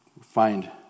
find